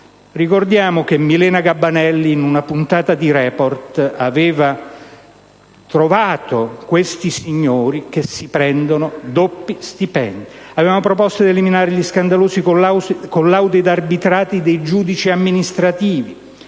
uno di essi. Milena Gabanelli in una puntata di «Report» aveva individuato questi signori che prendono doppi stipendi. Avevamo proposto di eliminare gli scandalosi collaudi ed arbitrati dei giudici amministrativi,